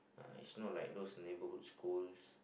uh it's not like those neighbourhood schools